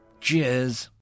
cheers